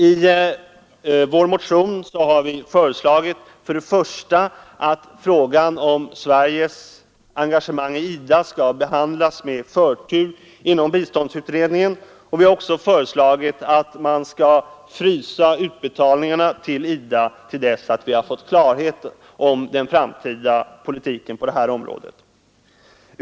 I vår motion har vi föreslagit att frågan om Sveriges engagemang i IDA skall behandlas med förtur inom biståndsutredningen, och vi har också föreslagit att man skall frysa utbetalningarna till IDA till dess att vi fått klarhet om den framtida politiken på detta område.